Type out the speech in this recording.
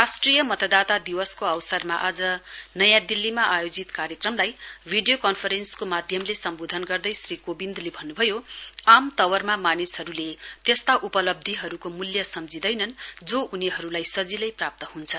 राष्ट्रिय मतदाता दिवसको अवसरमा आज नयाँ दिल्लीमा आयोजित कार्यक्रमलाई भिडियो कन्फरेन्सको माध्यमले सम्बोधन गर्दै श्री कोविन्दले भन्नुभयो आम तवरमा मानिसहरूले त्यस्ता उपलब्धीहरूको मूल्य सम्झिदैनन् यो उनीहरूलाई सजिलै प्राप्त हुन्छ